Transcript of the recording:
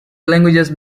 languages